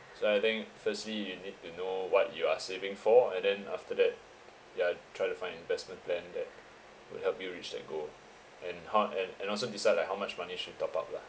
so I think firstly you need to know what you are saving for and then after that ya try to find investment plan that will help you reach that goal and how and and also decide like how much money should top up lah